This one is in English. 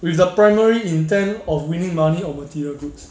with the primary intent of winning money or material goods